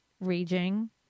raging